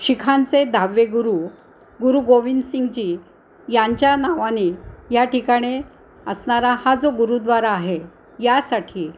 शिखांचे दहावे गुरु गुरु गोविंदसिंगजी यांच्या नावाने या ठिकाणे असनारा हा जो गुरुद्वारा आहे यासाठी